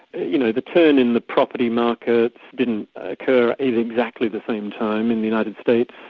you know, the turn in the property market didn't occur in exactly the same time in the united states,